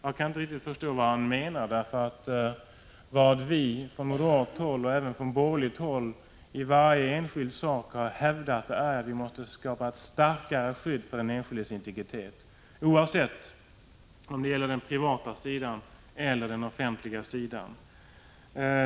Jag kan inte riktigt förstå vad han menar, för vad vi från moderat håll och över huvud taget från borgerligt håll i varje enskild fråga har hävdat är att det måste skapas ett starkare skydd för den enskildes integriet, oavsett om det gäller den privata sidan eller den offentliga sidan.